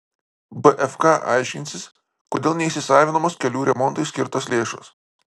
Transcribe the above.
bfk aiškinsis kodėl neįsisavinamos kelių remontui skirtos lėšos